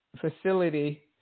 facility